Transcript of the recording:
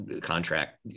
contract